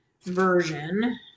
version